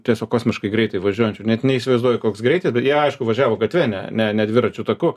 tiesiog kosmiškai greitai važiuojančių net neįsivaizduoju koks greiti jie aišku važiavo gatve ne ne ne dviračių taku